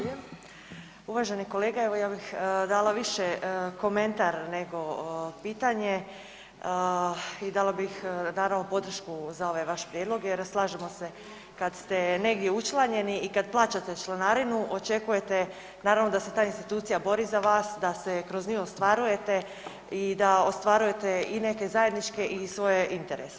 Uvaženi kolega evo ja bih dala više komentar, nego pitanje i dala bih naravno podršku za ovaj vaš prijedlog jer slažemo se, kada ste negdje učlanjeni i kada plaćate članarinu očekujete naravno da se ta institucija bori za vas, da se kroz nju ostvarujete i da ostvarujete i neke zajedničke i svoje interese.